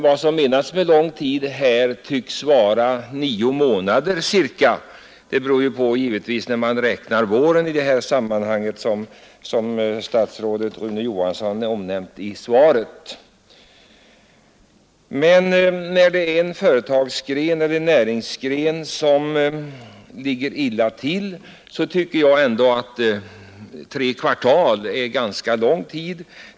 Vad menas med lång tid? Här tycks det vara ca 9 månader. När det gäller näringsgrenar som ligger illa till ur sysselsättningssynpunkt anser jag att tre kvartal är lång tid.